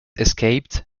escaped